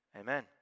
amen